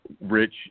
Rich